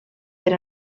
per